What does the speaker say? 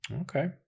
Okay